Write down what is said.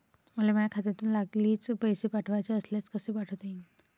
मले माह्या खात्यातून लागलीच पैसे पाठवाचे असल्यास कसे पाठोता यीन?